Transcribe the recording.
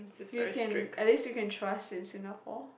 we can at least you can trust in Singapore